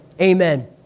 Amen